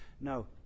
No